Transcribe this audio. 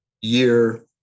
year